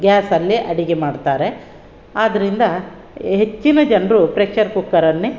ಗ್ಯಾಸಲ್ಲೇ ಅಡಿಗೆ ಮಾಡ್ತಾರೆ ಆದ್ದರಿಂದ ಹೆಚ್ಚಿನ ಜನರು ಪ್ರೆಷರ್ ಕುಕ್ಕರನ್ನೆ